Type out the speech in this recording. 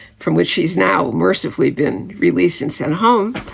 from which she's now mercifully been released and sent home.